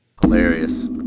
Hilarious